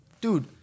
Dude